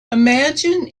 imagine